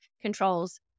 controls